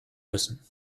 müssen